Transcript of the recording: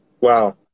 Wow